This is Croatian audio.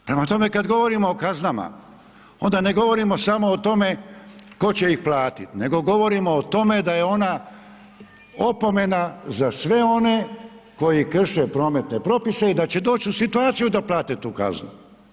Prema tome, kad govorim o kaznama, onda ne govorimo samo o tome tko će ih platiti nego govorimo o tome da je ona opomena za sve one koji krše prometne propise i da će doć u situaciju da plate tu kaznu.